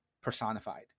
personified